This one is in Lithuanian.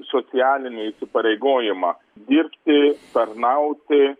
socialinį įsipareigojimą dirbti tarnauti